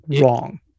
wrong